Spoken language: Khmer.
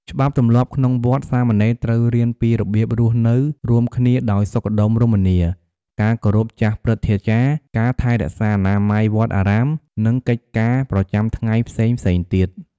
ច្បាប់ទម្លាប់ក្នុងវត្ត សាមណេរត្រូវរៀនពីរបៀបរស់នៅរួមគ្នាដោយសុខដុមរមនា ការគោរពចាស់ព្រឹទ្ធាចារ្យ ការថែរក្សាអនាម័យវត្តអារាម និងកិច្ចការប្រចាំថ្ងៃផ្សេងៗទៀត។